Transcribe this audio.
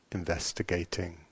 investigating